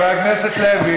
חבר הכנסת מיקי לוי,